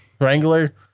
Wrangler